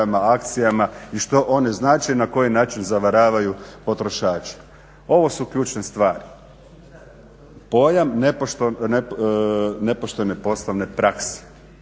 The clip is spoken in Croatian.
i što one znače i na koji način zavaravaju potrošače. Ovo su ključne stvari, pojam nepoštene poslovne prakse.